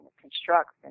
constructs